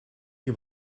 you